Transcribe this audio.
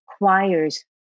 requires